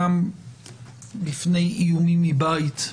גם בפני איומים מבית.